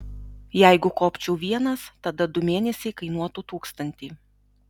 jeigu kopčiau vienas tada du mėnesiai kainuotų tūkstantį